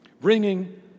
Bringing